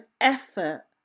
effort